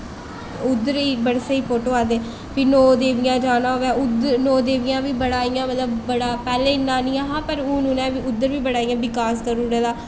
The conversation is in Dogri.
उद्धर बी बड़े स्हेई फोटो औंदे फ्ही नौ देवियें जाना होऐ नौ देवियें बी बड़ा इ'यां बड़ा इ'यां पैह्लें इन्ना निं ऐहा पर हून उद्धर बी उ'नें बड़ा बिकास करी ओड़े दा